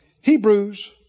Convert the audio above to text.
Hebrews